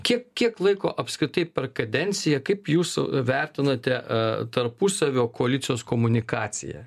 kiek kiek laiko apskritai per kadenciją kaip jūs vertinate a tarpusavio koalicijos komunikaciją